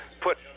put